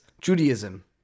Judaism